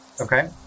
Okay